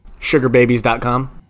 Sugarbabies.com